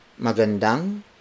magandang